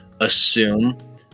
assume